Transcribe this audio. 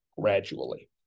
gradually